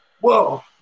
whoa